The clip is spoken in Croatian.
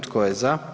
Tko je za?